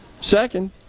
Second